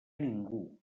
ningú